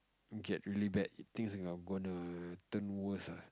get really bad things are gonna turn worse ah